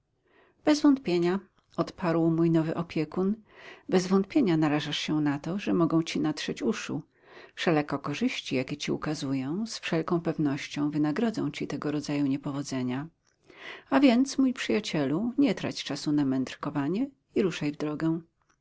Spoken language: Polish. bez wątpienia odparł mój nowy opiekun bez wątpienia narażasz się na to że ci mogą natrzeć uszu wszelako korzyści jakie ci ukazuję z wszelką pewnością wynagrodzą ci tego rodzaju niepowodzenia a więc mój przyjacielu nie trać czasu na mędrkowanie i ruszaj w drogę